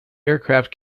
aircraft